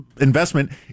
investment